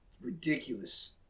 ridiculous